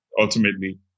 ultimately